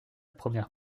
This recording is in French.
première